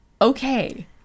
Okay